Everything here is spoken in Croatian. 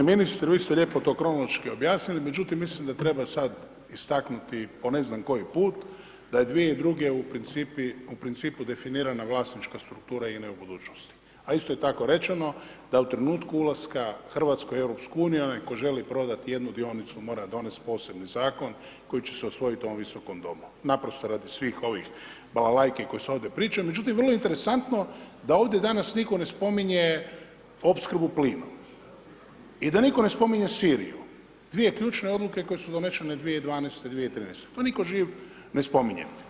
G. ministre, vi ste lijepo to kronološki objasnili, međutim mislim da treba sad istaknuti po ne znam koji put da je 2002. u principu definirana vlasništva struktura i nova budućnost a isto tako je rečeno da u trenutku ulaska Hrvatske u EU, onaj tko želi prodati jednu dionicu, mora donesti posebni zakon koji će se usvojiti u ovom Visokom domu, naprosto radi svih ovih balalajki koje se ovdje pričaju međutim vrlo interesantno da ovdje danas nitko ne spominje opskrbu plinom i da nitko ne spominje Siriju, dvije ključne odluke koje su donešene 2012., 2013., to nitko živo ne spominje.